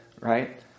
right